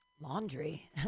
laundry